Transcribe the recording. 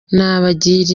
nabagira